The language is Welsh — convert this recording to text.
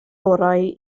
orau